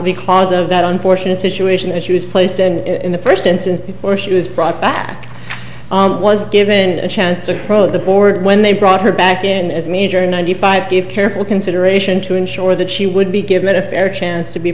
because of that unfortunate situation that she was placed in in the first instance or she was brought back was given a chance to throw the board when they brought her back in as a major ninety five give careful consideration to ensure that she would be given a fair chance to be